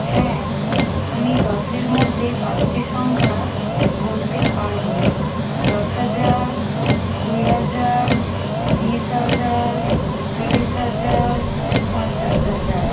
হ্যাঁ আমি দশের মধ্যে পাঁচটি সংখ্যা বলতে পারবো দশ হাজার কুড়ি হাজার তিরিশ হাজার চল্লিশ হাজার পঞ্চাশ হাজার